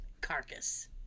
Carcass